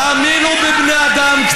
תאמינו בבני אדם.